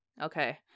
Okay